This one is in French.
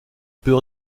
peut